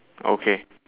okay